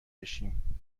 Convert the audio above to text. بشیم